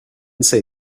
say